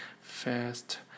fast